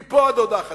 מפה עד הודעה חדשה.